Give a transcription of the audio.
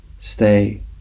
Stay